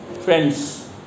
Friends